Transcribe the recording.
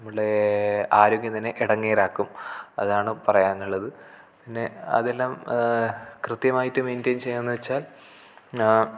നമ്മളുടെ ആരോഗ്യം തന്നെ ഇടങ്ങേറാക്കും അതാണ് പറയാനുള്ളത് പിന്നെ അതെല്ലാം കൃത്യമായിട്ട് മൈൻറ്റൈൻ ചെയ്യുകയെന്നു വെച്ചാൽ